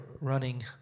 running